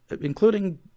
including